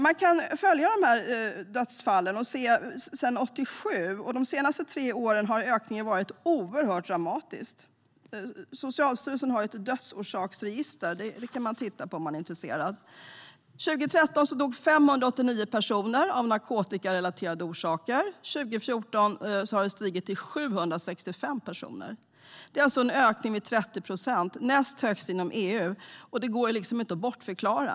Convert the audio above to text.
Man kan följa dessa dödsfall sedan 1987. De senaste tre åren har ökningen varit oerhört dramatisk. Socialstyrelsen har ett dödsorsaksregister som man kan titta på om man är intresserad. År 2013 dog 589 personer av narkotikarelaterade orsaker. År 2014 hade det stigit till 765 personer. Det är alltså en ökning med 30 procent. Det är näst högst inom EU. Det går inte att bortförklara.